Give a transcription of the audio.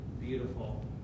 beautiful